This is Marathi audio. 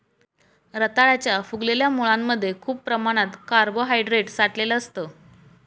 रताळ्याच्या फुगलेल्या मुळांमध्ये खूप प्रमाणात कार्बोहायड्रेट साठलेलं असतं